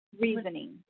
reasoning